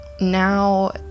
now